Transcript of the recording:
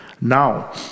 Now